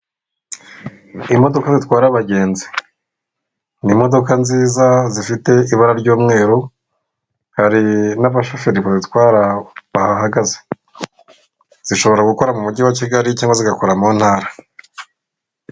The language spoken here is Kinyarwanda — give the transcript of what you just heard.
Imodoka zitwara abagenzi, ni imodoka nziza zifite ibara ry'umweru hari n'abashoferi bahagaze. Zishobora gukoara mu mujyi wa Kigali cyangwa zigakora mu ntara.